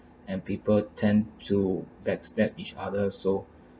and people tend to back stab each other so